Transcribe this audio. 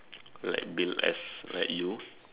like built as like you